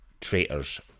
Traitors